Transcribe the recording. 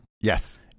Yes